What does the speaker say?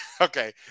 okay